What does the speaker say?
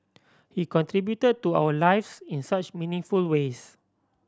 he contribute to our lives in such meaningful ways